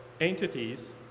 entities